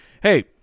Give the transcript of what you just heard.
hey